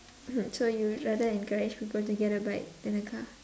so you would rather encourage people to get a bike then a car